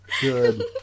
good